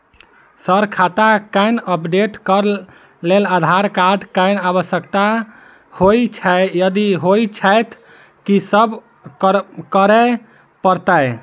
Sir खाता केँ update करऽ लेल आधार कार्ड केँ आवश्यकता होइ छैय यदि होइ छैथ की सब करैपरतैय?